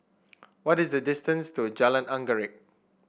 what is the distance to Jalan Anggerek